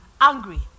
angry